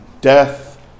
death